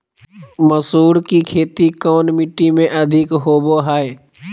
मसूर की खेती कौन मिट्टी में अधीक होबो हाय?